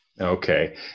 Okay